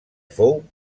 fou